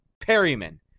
Perryman